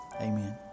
Amen